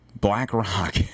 BlackRock